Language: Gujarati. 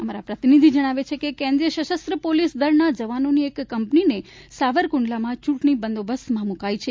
અમારા પ્રતિનિધિ જણાવે છે કે કેન્દ્રીય સશસ્ત્ર પોલીસ દળના જવાનોની એક કંપનીને સાબરકુંડલામાં ચૂંટણી બંદોબસ્તમાં મૂકાઈ છે